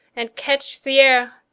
and catch the aire,